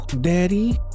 Daddy